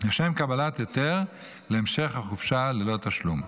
לשם קבלת היתר להמשך החופשה ללא תשלום.